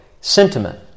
sentiment